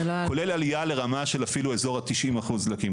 כולל עלייה לרמה של אפילו אזור ה-90 אחוז דלקים